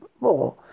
more